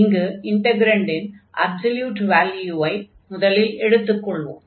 இங்கு இன்டக்ரன்டின் அப்சொல்யூட் வால்யூவை எடுத்துக் கொள்வோம்